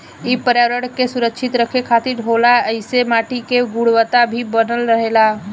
इ पर्यावरण के सुरक्षित रखे खातिर होला ऐइसे माटी के गुणवता भी बनल रहेला